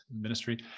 ministry